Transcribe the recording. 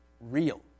real